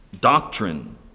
doctrine